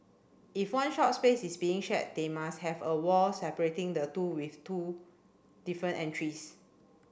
if one shop space is being share they must have a wall separating the two with two different entries